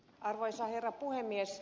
arvoisa herra puhemies